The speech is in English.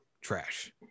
Trash